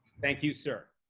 thank you, sir.